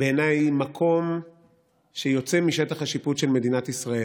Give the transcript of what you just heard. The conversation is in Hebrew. בעיניי מקום שיוצא משטח השיפוט של מדינת ישראל.